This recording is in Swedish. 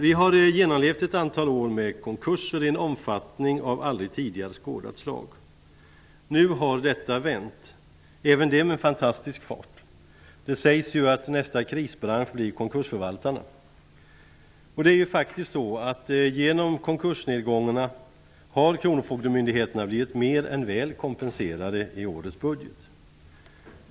Vi har genomlevt ett antal år med konkurser i en omfattning av aldrig tidigare skådat slag. Nu har utvecklingen vänt. Även det med fantastisk fart. Det sägs att nästa krisbransch blir konkursförvaltarna. Genom konkursnedgångarna har kronofogdemyndigheterna blivit mer än väl kompenserade i årets budget.